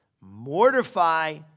Mortify